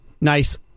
nice